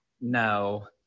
No